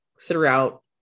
throughout